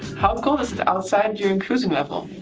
how cold is it outside during cruising level?